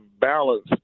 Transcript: balance